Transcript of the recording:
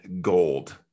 gold